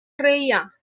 reía